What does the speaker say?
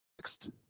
next